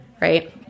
right